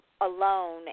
alone